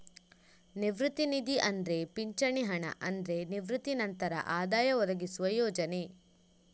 ನಿವೃತ್ತಿ ನಿಧಿ ಅಂದ್ರೆ ಪಿಂಚಣಿ ಹಣ ಅಂದ್ರೆ ನಿವೃತ್ತಿ ನಂತರ ಆದಾಯ ಒದಗಿಸುವ ಯೋಜನೆ